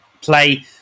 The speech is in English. play